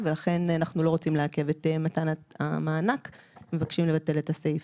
ולכן אנחנו לא רוצים לעכב את מתן המענק ומבקשים לבטל את הסעיף.